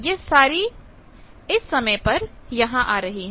यह सारी इस समय पर यहां आ रही हैं